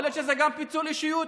יכול להיות שזה גם פיצול אישיות.